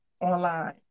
online